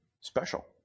Special